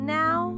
now